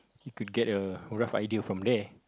you could get a rough idea from there